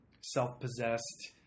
self-possessed